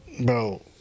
Bro